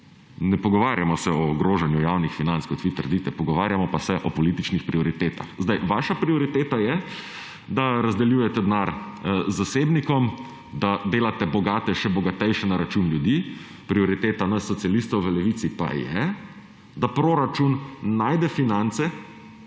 ne pogovarjamo se o ogrožanju javnih financ, kot vi trdite, pogovarjamo pa se o političnih prioritetah. Vaša prioriteta je, da razdeljujete denar zasebnikom, da delate bogate še bogatejše na račun ljudi. Prioriteta nas socialistov v Levici pa je, da proračun najde finance,